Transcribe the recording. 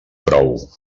prou